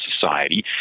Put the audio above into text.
society